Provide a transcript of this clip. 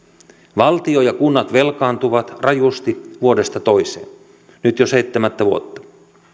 valtio ja kunnat velkaantuvat rajusti vuodesta toiseen nyt jo seitsemättä vuotta